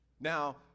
Now